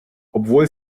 obwohl